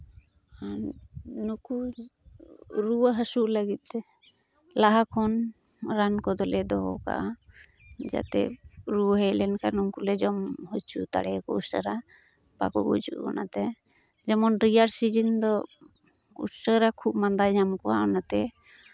ᱟᱨ ᱱᱩᱠᱩ ᱨᱩᱣᱟᱹ ᱦᱟᱹᱥᱩᱜ ᱞᱟᱹᱜᱤᱫ ᱛᱮ ᱞᱟᱦᱟ ᱠᱷᱚᱱ ᱨᱟᱱ ᱠᱚᱫᱚᱞᱮ ᱫᱚᱦᱚ ᱠᱟᱜᱼᱟ ᱡᱟᱛᱮ ᱨᱩᱣᱟᱹ ᱦᱮᱡ ᱞᱮᱱᱠᱷᱟᱱ ᱩᱱᱠᱩᱞᱮ ᱡᱚᱢ ᱦᱚᱪᱚ ᱫᱟᱲᱮᱭᱟᱠᱚᱣᱟ ᱩᱥᱟᱹᱨᱟ ᱵᱟᱠᱚ ᱜᱩᱡᱩᱜ ᱡᱮᱢᱚᱱ ᱨᱮᱭᱟᱲ ᱥᱤᱡᱤᱱ ᱫᱚ ᱩᱥᱟᱹᱨᱟ ᱠᱷᱩᱜ ᱢᱟᱸᱫᱟ ᱧᱟᱢ ᱠᱚᱣᱟ ᱚᱱᱟᱛᱮ